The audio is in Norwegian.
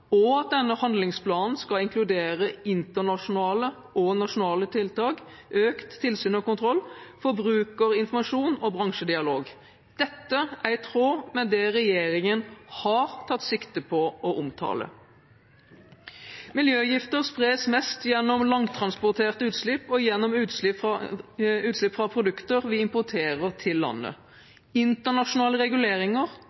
og at denne handlingsplanen skal inkludere internasjonale og nasjonale tiltak, økt tilsyn og kontroll, forbrukerinformasjon og bransjedialog. Dette er i tråd med det regjeringen har tatt sikte på å omtale. Miljøgifter spres mest gjennom langtransporterte utslipp og gjennom utslipp fra produkter vi importerer til landet. Internasjonale reguleringer,